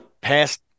past